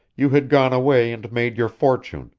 you had gone away and made your fortune,